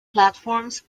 platforms